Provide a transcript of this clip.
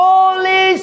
Holy